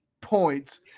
points